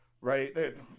right